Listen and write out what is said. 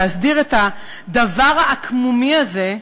להסדיר את הדבר העקמומי הזה,